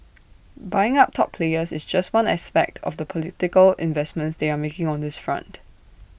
buying up top players is just one aspect of the political investments they are making on this front